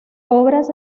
obras